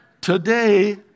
Today